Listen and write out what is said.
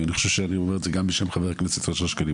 אני חושב שאני אומר את זה גם בשם חבר הכנסת אושר שקלים,